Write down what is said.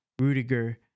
Rudiger